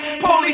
Police